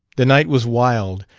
the night was wild,